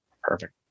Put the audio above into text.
Perfect